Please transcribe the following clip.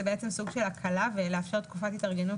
זה בעצם סוג של הקלה ולאפשר תקופת התארגנות